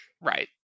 Right